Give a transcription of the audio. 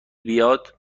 بیاد، منو